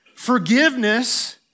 Forgiveness